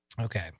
Okay